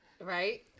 Right